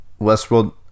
Westworld